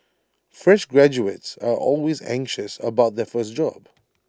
fresh graduates are always anxious about their first job